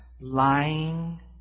lying